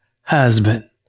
husband